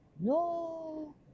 No